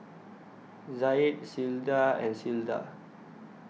Zaid Clyda and Clyda